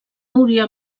hauria